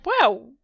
wow